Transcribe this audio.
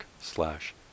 slash